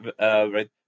right